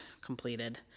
completed